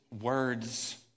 words